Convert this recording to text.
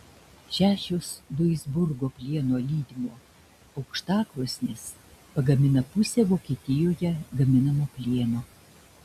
šešios duisburgo plieno lydimo aukštakrosnės pagamina pusę vokietijoje gaminamo plieno